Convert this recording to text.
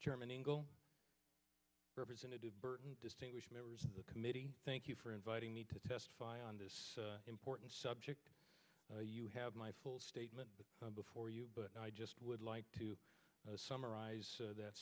germany representative burton distinguished members of the committee thank you for inviting me to testify on this important subject you have my full statement before you but i just would like to summarize that